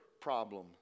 problem